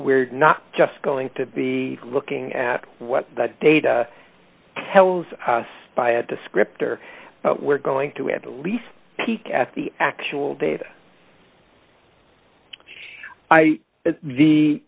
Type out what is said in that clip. we're not just going to be looking at what the data tells us by a descriptor we're going to have the least peek at the actual data i v the